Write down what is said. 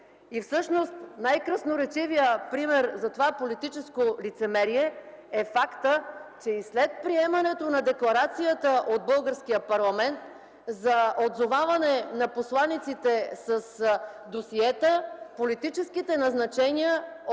Всъщност най-красноречивият пример за това политическо лицемерие е фактът, че и след приемането на декларацията от българския парламент за отзоваване на посланиците с досиета, политическите назначения